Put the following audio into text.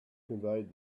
conveyed